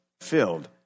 filled